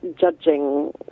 judging